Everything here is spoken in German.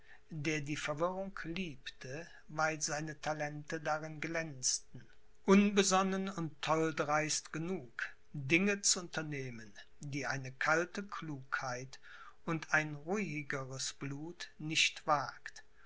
der die verwirrung liebte weil seine talente darin glänzten unbesonnen und tolldreist genug dinge zu unternehmen die eine kalte klugheit und ein ruhigeres blut nicht wagt